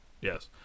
Yes